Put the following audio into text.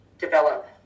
develop